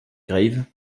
grave